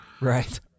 Right